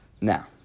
Now